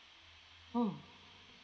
oh